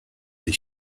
his